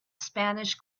spanish